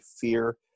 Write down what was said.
fear